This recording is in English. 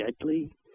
deadly